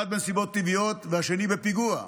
אחד בנסיבות טבעיות והשני בפיגוע.